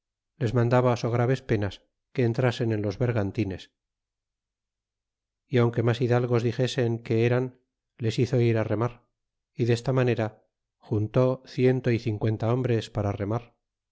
les mandaba so graves penas que entrasen en los vergantines y aunque mashidalgos dixesen que eran les hizo irá remar y desta manerajuntó ciento y cincuenta hombres para rema